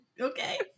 Okay